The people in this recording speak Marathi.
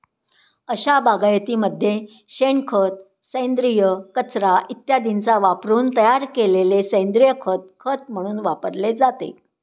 अशा बागायतीमध्ये शेणखत, सेंद्रिय कचरा इत्यादींचा वापरून तयार केलेले सेंद्रिय खत खत म्हणून वापरले जाते